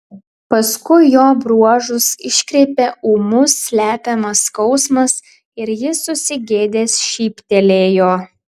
paskui jo bruožus iškreipė ūmus slepiamas skausmas ir jis susigėdęs šyptelėjo